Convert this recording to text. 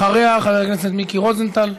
אחריה, חבר הכנסת מיקי רוזנטל,